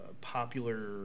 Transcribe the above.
popular